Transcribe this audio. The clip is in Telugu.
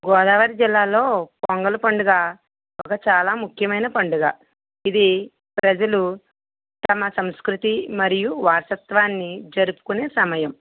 గోదావరి జిల్లాలో పొంగలి పండుగ ఒక చాలా ముఖ్యమైన పండుగ ఇది ప్రజలు తమ సంస్కృతి మరియు వారసత్వాన్ని జరుపుకునే సమయం